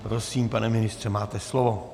Prosím, pane ministře, máte slovo.